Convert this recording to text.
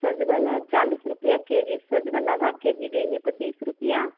सहजन है चालीस रुपये के जी सहजन आधा के जी देंगे तो बीस रुपये